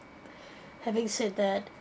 having said that